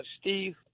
Steve